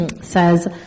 says